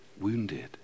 wounded